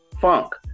funk